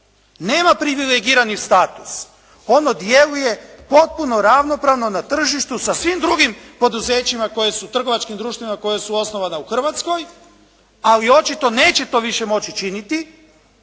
nema privilegirani status. Ono djeluje potpuno ravnopravno na tržištu sa svim drugim poduzećima koje su trgovačkim društvima koja su osnovana u Hrvatskoj. Ali očito to neće više moći činiti,